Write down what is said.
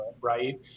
right